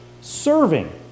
Serving